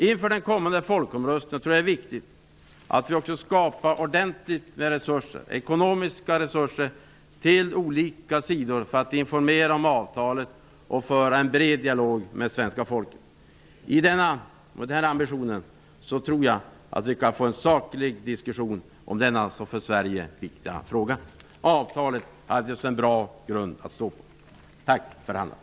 Inför den kommande folkomröstningen tror jag att det är viktigt att vi också skapar ordentliga ekonomiska resurser till olika sidor så att man kan informera om avtalet och föra en bred dialog med svenska folket. I den andan och med den ambitionen tror jag att vi kan få en saklig diskussion om denna för Sverige så viktiga fråga. Avtalet är naturligtvis en bra grund att stå på. Tack till förhandlarna.